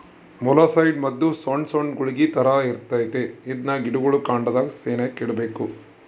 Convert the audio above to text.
molluscicide ಮದ್ದು ಸೊಣ್ ಸೊಣ್ ಗುಳಿಗೆ ತರ ಇರ್ತತೆ ಇದ್ನ ಗಿಡುಗುಳ್ ಕಾಂಡದ ಸೆನೇಕ ಇಡ್ಬಕು